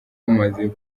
bumaze